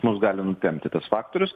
mus gali nutempti tas faktorius